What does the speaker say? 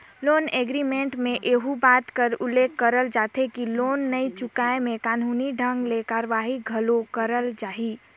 loan agreement में एहू बात कर उल्लेख करल जाथे कि लोन नी चुकाय में कानूनी ढंग ले कारवाही घलो करल जाही